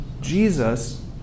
Jesus